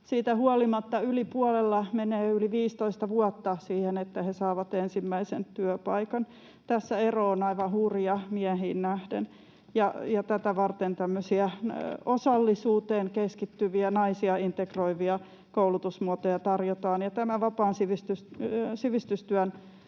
Siitä huolimatta yli puolella menee yli 15 vuotta siihen, että he saavat ensimmäisen työpaikan. Tässä ero on aivan hurja miehiin nähden, ja tätä varten tämmöisiä osallisuuteen keskittyviä, naisia integroivia koulutusmuotoja tarjotaan, ja tämä vapaan sivistystyön